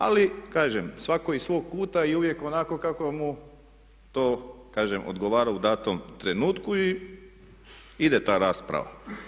Ali kažem, svatko iz svog kuta i uvijek onako kako mu to odgovara u datom trenutku i ide ta rasprava.